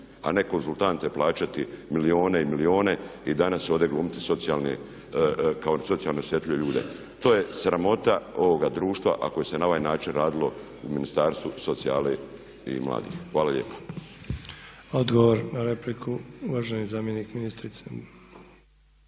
a ne konzultante plaćati milijune i milijune i danas ovdje glumiti socijalni, kao socijalno osjetljive ljude. To je sramota ovoga društva ako se na ovaj način radilo u Ministarstvu socijale i mladih. Hvala lijepo. **Sanader, Ante (HDZ)** Odgovor na repliku, uvaženi zamjenik ministrice.